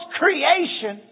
creation